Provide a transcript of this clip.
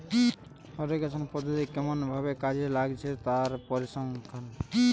irrigation পদ্ধতি কেমন ভাবে কাজে লাগছে তার পরিসংখ্যান